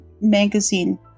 magazine